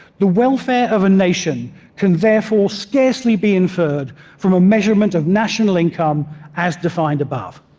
the welfare of a nation can, therefore, scarcely be inferred from a measurement of national income as defined above.